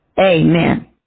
Amen